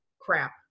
Crap